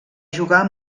jugar